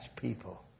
people